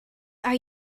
are